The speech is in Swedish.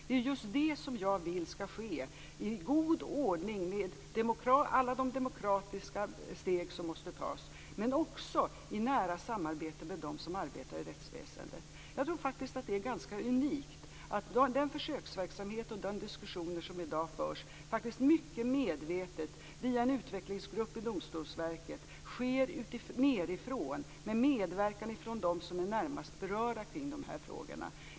Det är just det som jag vill skall ske i god ordning i alla de demokratiska steg som måste tas men också i nära samarbete med dem som arbetar i rättsväsendet. Jag tror faktiskt att det är så gott som unikt att försöksverksamheten och de diskussioner som i dag mycket medvetet förs via en utvecklingsgrupp i Domstolsverket bedrivs under medverkan från dem som är närmast berörda av frågorna.